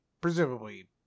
presumably